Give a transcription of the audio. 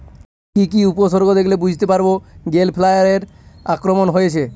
কি কি উপসর্গ দেখলে বুঝতে পারব গ্যাল ফ্লাইয়ের আক্রমণ হয়েছে?